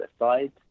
aside